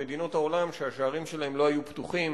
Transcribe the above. למדינות העולם שהשערים שלהן לא היו פתוחים